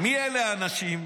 מי אלה האנשים?